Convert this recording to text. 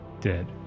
dead